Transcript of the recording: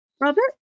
robert